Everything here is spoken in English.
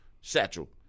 satchel